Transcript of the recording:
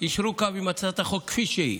עם הצעת החוק כפי שהיא.